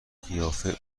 قیافه